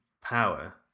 power